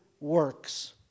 works